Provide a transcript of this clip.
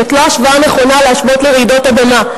לא נכון להשוות זאת לרעידות אדמה.